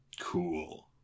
cool